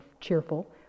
cheerful